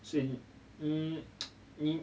所 um 你